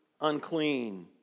unclean